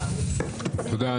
תודה.